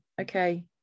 okay